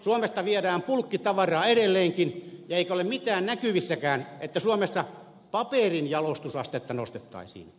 suomesta viedään bulkkitavaraa edelleenkin eikä ole mitään näkyvissäkään että suomessa paperin jalostusastetta nostettaisiin